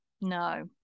No